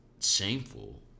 Shameful